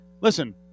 listen